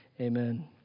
Amen